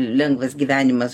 lengvas gyvenimas